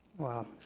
well,